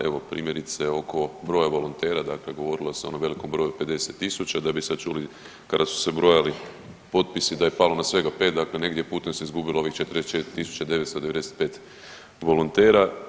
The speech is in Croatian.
Evo primjerice oko broja volontera, dakle govorilo se o onom velikom broju od 50.000 da bi sad čuli kada su se brojali potpisi da je palo na svega 5, dakle negdje putem se izgubilo ovih 44.995 volontera.